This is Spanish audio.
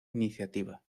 iniciativa